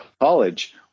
college